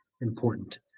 important